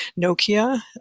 Nokia